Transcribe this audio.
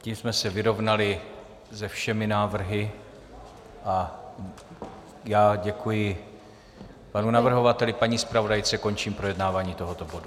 Tím jsme se vyrovnali se všemi návrhy a já děkuji panu navrhovateli i paní zpravodajce, končím projednávání tohoto bodu.